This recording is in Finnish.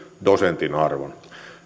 dosentin arvon